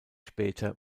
später